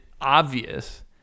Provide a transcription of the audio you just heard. Obvious